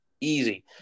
easy